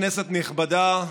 כנסת נכבדה,